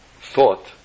thought